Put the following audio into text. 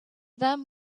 them